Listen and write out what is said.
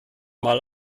mal